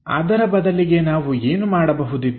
ಅದರ ಬದಲಿಗೆ ನಾವು ಏನು ಮಾಡಬಹುದಿತ್ತು